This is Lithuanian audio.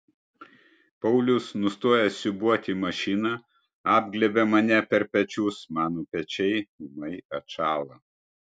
paulius nustojęs siūbuoti mašiną apglėbia mane per pečius mano pečiai ūmai atšąla